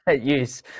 use